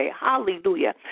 Hallelujah